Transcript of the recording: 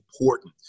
important